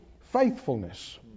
faithfulness